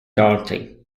daunting